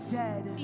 dead